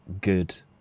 good